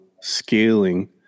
scaling